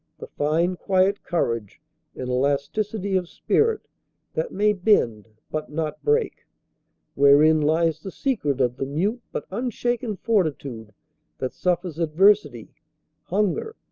the fine quiet courage and elasticity of spirit that may bend but not break wherein lies the secret of the mute but unshaken fortitude that suffers adversity hunger,